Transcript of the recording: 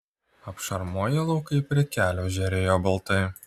apšarmoję laukai prie kelio žėrėjo baltai